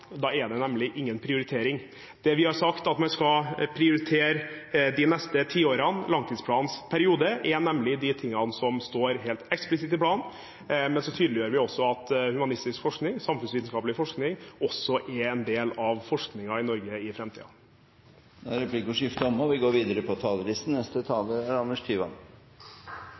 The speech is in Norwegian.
Da er det nemlig ingen prioritering. Det vi har sagt, er at vi de neste ti årene, langtidsplanens periode, skal prioritere de tingene som står helt eksplisitt i planen, men så tydeliggjør vi også at humanistisk forskning og samfunnsvitenskapelig forskning er en del av forskningen i Norge i framtiden. Replikkordskiftet er omme. Jeg er glad for at vi nå får på plass den første langtidsplanen for forskning og